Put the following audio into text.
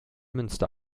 münster